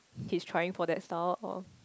his trying for that stuff or